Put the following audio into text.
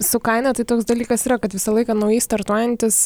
su kaina tai toks dalykas yra kad visą laiką naujai startuojantys